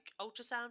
ultrasound